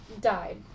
died